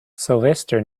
sylvester